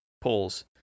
polls